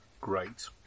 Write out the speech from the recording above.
great